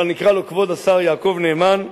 אבל נקרא לו "כבוד השר יעקב נאמן".